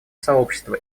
сообщества